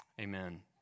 Amen